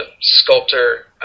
sculptor